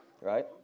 right